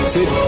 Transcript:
Sit